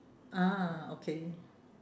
ah okay